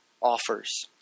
offers